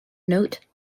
note